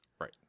Right